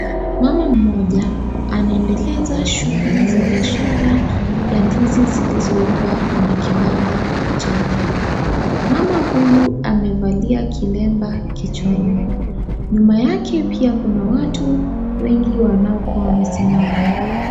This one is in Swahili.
Mama mmoja anaendeleza shuguli ya biashara ya ndizi zilizoiva kwenye kibanda chake, mama huyu amevalia kilemba kichwani, nyuma yake pia kuna watu wengi wanaokua wamesimama.